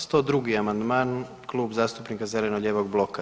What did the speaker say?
102. amandman Klub zastupnika zeleno-lijevog bloka.